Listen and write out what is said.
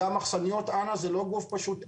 גם אכסניות זה לא גוף פשוט,